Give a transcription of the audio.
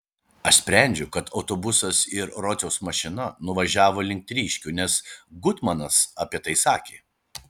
aš sprendžiu kad autobusas ir rociaus mašina nuvažiavo link tryškių nes gutmanas apie tai sakė